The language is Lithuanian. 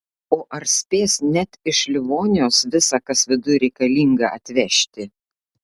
o ar spės net iš livonijos visa kas viduj reikalinga atvežti